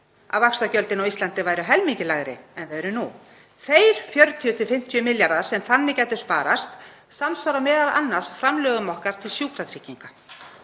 að vaxtagjöldin á Íslandi væru helmingi lægri en þau eru nú. Þeir 40–50 milljarðar sem þannig gætu sparast samsvara m.a. framlögum okkar til sjúkratrygginga,